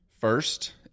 first